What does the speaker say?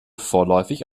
vorläufig